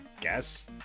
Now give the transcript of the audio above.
guess